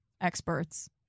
experts